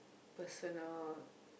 personal